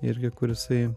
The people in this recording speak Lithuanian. irgi kur jisai